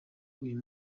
uyu